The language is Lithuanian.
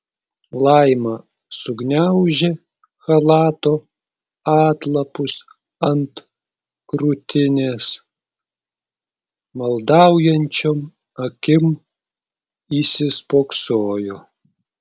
laima sugniaužė chalato atlapus ant krūtinės maldaujančiom akim įsispoksojo